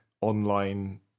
online